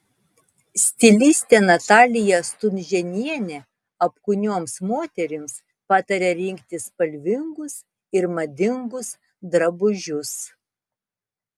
stilistė natalija stunžėnienė apkūnioms moterims pataria rinktis spalvingus ir madingus drabužius